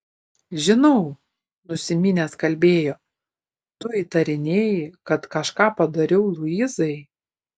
žinau nusiminęs kalbėjo tu įtarinėji kad kažką padariau luizai